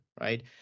right